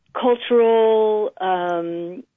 cultural